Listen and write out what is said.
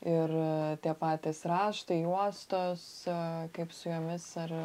ir tie patys raštai juostos kaip su jomis ar